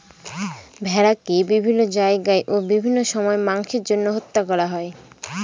ভেড়াকে বিভিন্ন জায়গায় ও বিভিন্ন সময় মাংসের জন্য হত্যা করা হয়